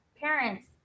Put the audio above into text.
parents